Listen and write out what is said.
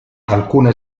alcune